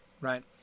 right